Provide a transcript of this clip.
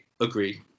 agree